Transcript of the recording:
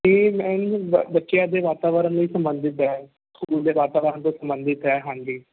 ਜੀ ਮੈਨੂੰ ਬ ਬੱਚਿਆਂ ਦੇ ਵਾਤਾਵਰਨ ਲਈ ਸਬੰਧਤ ਹੈ ਸਕੂਲ ਦੇ ਵਾਤਾਵਰਨ ਤੋਂ ਸਬੰਧਤ ਹੈ ਹਾਂਜੀ